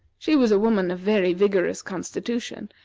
she was a woman of very vigorous constitution,